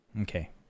Okay